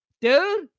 Dude